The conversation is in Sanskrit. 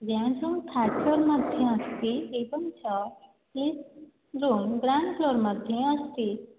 थर्ड् फ़्लोर् मध्ये अस्ति एकं च फ़िफ़्थ् फ़्लोर् गौण्ड् फ़्लोर् मध्ये अस्ति